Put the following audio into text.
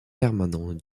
permanent